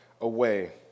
away